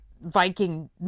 Viking